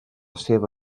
seua